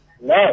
no